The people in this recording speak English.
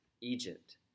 Egypt